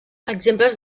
exemples